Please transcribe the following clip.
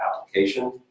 application